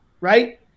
right